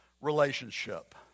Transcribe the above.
relationship